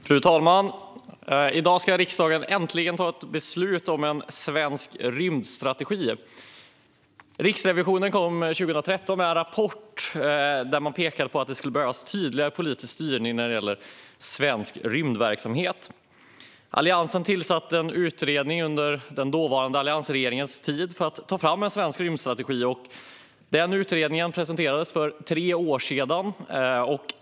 Fru talman! I dag ska riksdagen äntligen fatta beslut om en svensk rymdstrategi. Riksrevisionen kom år 2013 med en rapport där man pekade på att det skulle behövas tydligare politisk styrning inom svensk rymdverksamhet. Den dåvarande alliansregeringen tillsatte en utredning för att ta fram en svensk rymdstrategi. Den utredningen presenterades för tre år sedan, under den förra mandatperioden.